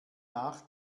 nach